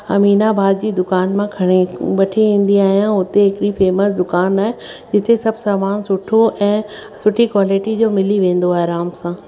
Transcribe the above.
अमीनाबाद जी दुकान मां खणी वठी ईंदी आहियां हुते हिकिड़ी फेमस दुकान आहे जिते सभु सामान सुठो ऐं सुठी क्वालिटी जो मिली वेंदो आहे आराम सां